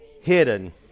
hidden